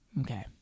Okay